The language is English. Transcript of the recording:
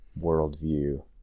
worldview